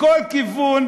מכל כיוון